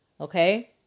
okay